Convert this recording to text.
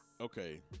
Okay